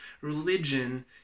religion